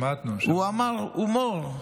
שמענו שהוא, הוא אמר: הומור,